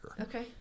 Okay